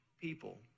people